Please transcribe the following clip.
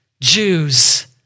Jews